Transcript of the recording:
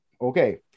Okay